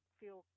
feel